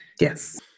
Yes